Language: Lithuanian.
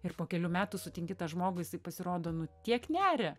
ir po kelių metų sutinki tą žmogų jisai pasirodo nu tiek neria